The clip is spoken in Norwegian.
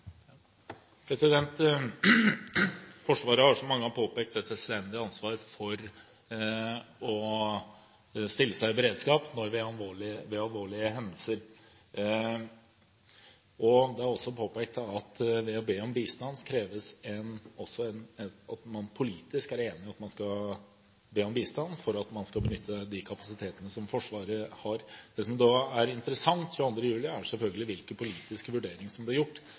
Forsvaret har, som mange har påpekt, et selvstendig ansvar for å være i beredskap ved alvorlige hendelser. Det er også påpekt at det kreves at man politisk er enig om at man skal be om bistand for å benytte de kapasitetene som Forsvaret har. Det som er interessant med tanke på 22. juli, er selvfølgelig hvilke politiske vurderinger som ble gjort